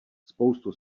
spoustu